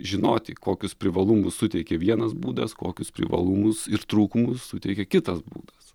žinoti kokius privalumus suteikia vienas būdas kokius privalumus ir trūkumus suteikia kitas būdas